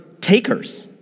takers